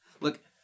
Look